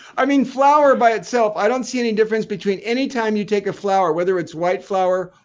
i mean flour by itself, i don't see any difference between any time you take a flour, whether it's white flour,